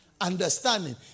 Understanding